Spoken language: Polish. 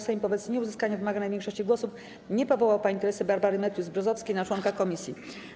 Sejm wobec nieuzyskania wymaganej większości głosów nie powołał pani Teresy Barbary Matthews-Brzozowskiej na członka komisji.